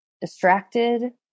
distracted